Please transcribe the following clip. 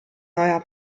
neuer